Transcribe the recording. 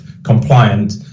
compliant